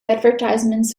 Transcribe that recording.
advertisements